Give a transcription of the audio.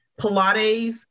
Pilates